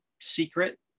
secret